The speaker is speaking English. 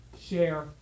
share